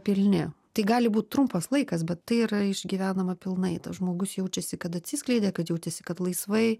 pilni tai gali būt trumpas laikas bet tai yra išgyvenama pilnai tas žmogus jaučiasi kad atsiskleidė kad jautėsi kad laisvai